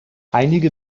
einige